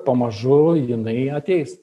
pamažu jinai ateis